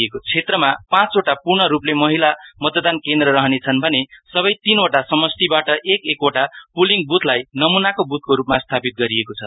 गान्तोक क्षेत्रमा पाँचवटा पूर्ण रूपले महिला मतदान केन्द्र रहनेछन् भने सबै तीनवटा समष्टिबाट एक एकवटा पुलिङ बुथलाई नमूनाको बुथको रूपमा स्थापित गरिएको छ